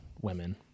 women